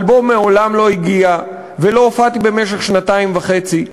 האלבום מעולם לא הגיע ולא הופעתי במשך שנתיים וחצי.